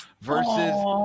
versus